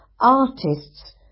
Artists